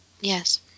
Yes